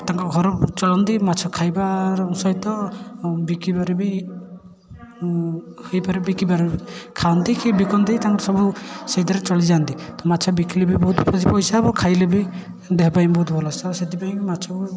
ତାଙ୍କ ଘର ଚଳନ୍ତି ମାଛ ଖାଇବାର ସହିତ ବିକିବାରେ ବି ହେଇପାରେ ବିକିପାରେ ଖାଆନ୍ତି କିଏ ବିକନ୍ତି ତାଙ୍କର ସବୁ ସେଇଥିରେ ଚଳି ଯାଆନ୍ତି ତ ମାଛ ବିକିଲେ ବି ବହୁତ ପଇସା ହେବ ଖାଇଲେ ବି ଦେହ ପାଇଁ ବହୁତ ଭଲ ସେଥିପାଇଁ ମାଛକୁ